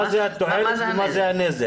מה התועלת ומה הנזק.